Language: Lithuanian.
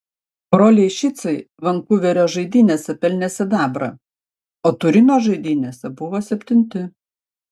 broliai šicai vankuverio žaidynėse pelnė sidabrą o turino žaidynėse buvo septinti